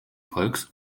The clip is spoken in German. volks